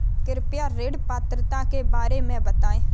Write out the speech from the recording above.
कृपया ऋण पात्रता के बारे में बताएँ?